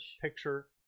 picture